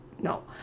No